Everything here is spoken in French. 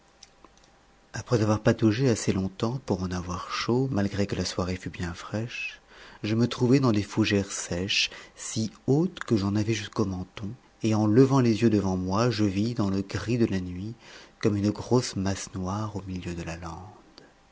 après avoir pataugé assez longtemps pour en avoir chaud malgré que la soirée fût bien fraîche je me trouvai dans des fougères sèches si hautes que j'en avais jusqu'au menton et en levant les yeux devant moi je vis dans le gris de la nuit comme une grosse masse noire au milieu de la lande